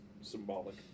symbolic